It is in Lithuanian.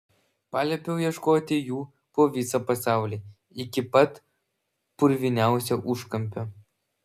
paliepiau ieškoti jų po visą pasaulį iki pat purviniausio užkampio